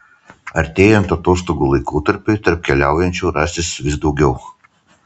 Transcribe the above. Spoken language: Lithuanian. artėjant atostogų laikotarpiui taip keliaujančių rasis vis daugiau